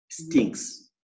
stinks